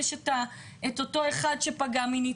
יש את אותו אחד שפגע מינית.